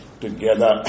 together